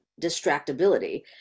distractibility